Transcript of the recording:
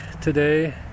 today